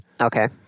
Okay